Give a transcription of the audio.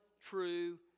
true